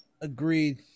Agreed